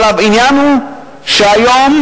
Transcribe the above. העניין הוא שהיום,